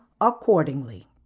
accordingly